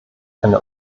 eine